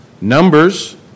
Numbers